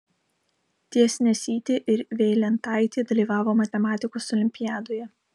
tiesnesytė ir veilentaitė dalyvavo matematikos olimpiadoje